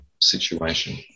situation